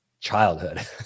childhood